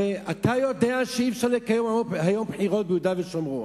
הרי אתה יודע שאי-אפשר לקיים היום בחירות ביהודה ושומרון,